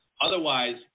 Otherwise